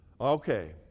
Okay